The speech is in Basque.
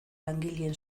langileen